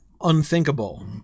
unthinkable